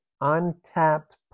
untapped